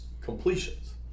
completions